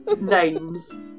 names